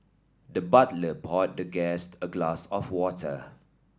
the butler poured the guest a glass of water